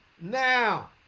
Now